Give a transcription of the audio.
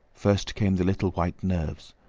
first came the little white nerves,